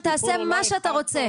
הסיפור הוא לא 11. -- לא,